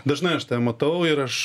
dažnai aš tave matau ir aš